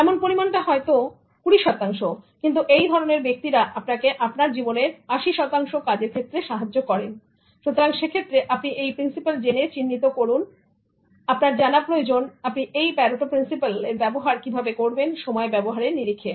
এমনপরিমাণটা হয়ত 20 শতাংশ কিন্তু এই ধরনের ব্যক্তিরা আপনাকে আপনার জীবনের 80 পার্সেন্ট কাজের ক্ষেত্রে সাহায্য করেন সুতরাং সে ক্ষেত্রে আপনি এই প্রিন্সিপাল জেনে চিহ্নিত করুন সুতরাং আপনার জানা প্রয়োজন আপনি এই প্যারাটা প্রিন্সিপাল এর ব্যবহার কিভাবে করবেন সময় ব্যবহারের নিরিখে